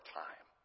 time